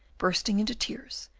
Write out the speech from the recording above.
bursting into tears,